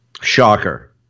Shocker